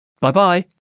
Bye-bye